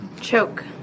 choke